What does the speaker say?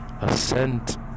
ascent